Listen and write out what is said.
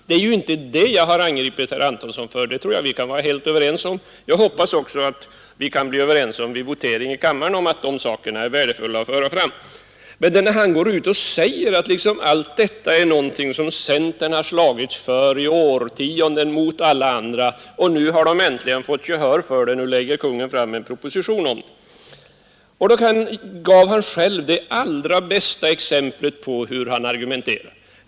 Det är inte detta jag har angripit herr Antonsson för; det tror jag vi kan vara helt överens om. Jag hoppas också att vi vid voteringen i kammaren kan bli överens om att dessa saker är värdefulla att föra fram. Herr Antonsson påstår att centern har slagits för allt detta i årtionden mot alla andra och nu äntligen fått gehör i den proposition som kungen lagt fram. Han gav själv det allra bästa exemplet på hur han argumenterar.